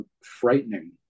frightening